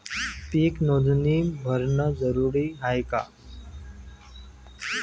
पीक नोंदनी भरनं जरूरी हाये का?